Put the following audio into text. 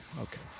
Okay